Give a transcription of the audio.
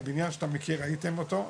הבניין שאתה מכיר וראיתם אותו,